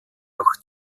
auch